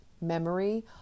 memory